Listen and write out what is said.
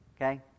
Okay